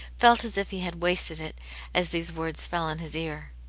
felt as if he had wasted it as these words fell on his ear.